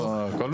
לא, הכל בסדר.